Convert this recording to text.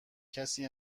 کسی